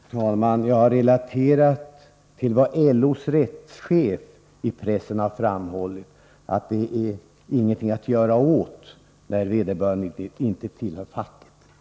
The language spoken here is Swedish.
Herr talman! Jag har relaterat vad LO:s rättschef i pressen har framhållit, att man inte kan göra någonting när vederbörande inte tillhör facket.